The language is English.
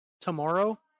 Tomorrow